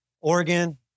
Oregon